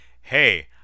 hey